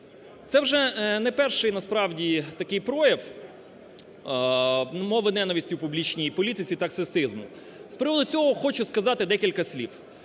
Це вже не перший, насправді, такий прояв мови ненависті в публічній політиці та сексизму. З приводу цього хочу сказати декілька слів.